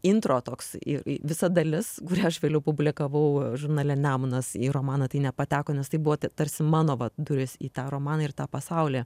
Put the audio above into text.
intro toks ir visa dalis kurią aš vėliau publikavau žurnale nemunas į romaną tai nepateko nes tai buvo tarsi mano vat durys į tą romaną ir tą pasaulį